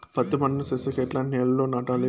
పత్తి పంట ను సేసేకి ఎట్లాంటి నేలలో నాటాలి?